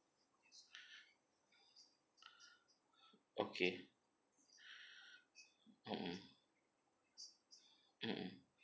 okay mm mm mm mm